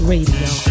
Radio